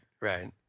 right